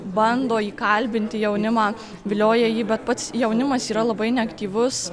bando įkalbinti jaunimą vilioja jį bet pats jaunimas yra labai neaktyvus